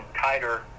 tighter